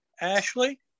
Ashley